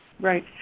Right